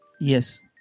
yes